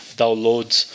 downloads